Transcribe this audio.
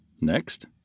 Next